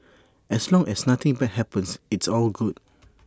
as long as nothing bad happens it's all good